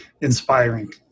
inspiring